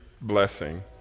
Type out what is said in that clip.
Blessing